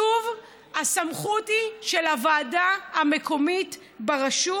שוב, הסמכות היא של הוועדה המקומית ברשות,